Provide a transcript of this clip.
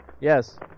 Yes